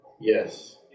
Yes